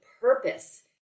purpose